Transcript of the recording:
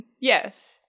Yes